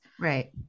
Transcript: Right